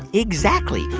exactly.